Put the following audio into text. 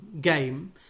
game